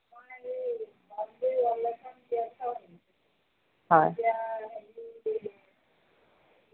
হয়